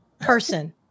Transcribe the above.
person